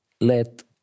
let